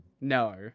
No